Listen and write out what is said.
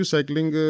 Cycling